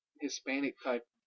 Hispanic-type